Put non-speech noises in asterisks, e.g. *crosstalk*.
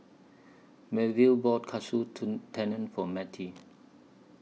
Melville bought Katsu *unintelligible* Tendon For Mattie